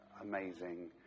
amazing